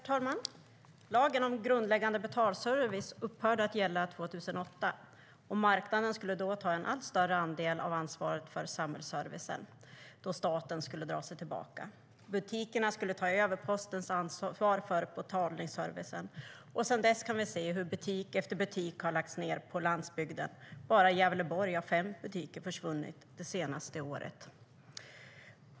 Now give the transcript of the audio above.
Herr talman! Lagen om grundläggande betalservice upphörde att gälla 2008. Marknaden skulle då ta en allt större andel av ansvaret för samhällsservicen, eftersom staten skulle dra sig tillbaka. Butikerna skulle ta över postens ansvar för betalservicen. Sedan dess kan vi se hur butik efter butik har lagts ned på landsbygden - bara i Gävleborg har fem butiker försvunnit det senaste året.